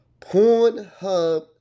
Pornhub